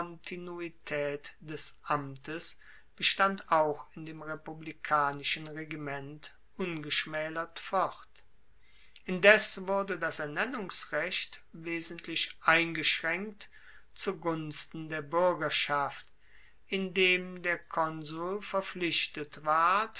des amtes bestand auch in dem republikanischen regiment ungeschmaelert fort indes wurde das ernennungsrecht wesentlich eingeschraenkt zu gunsten der buergerschaft indem der konsul verpflichtet ward